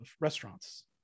restaurants